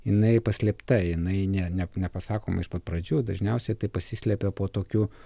jinai paslėpta jinai ne ne nepasakoma iš pat pradžių dažniausiai tai pasislepia po tokiu